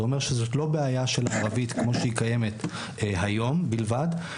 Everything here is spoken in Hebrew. זה אומר שזו לא בעיה של ערבית כמו שהיא קיימת היום בלבד,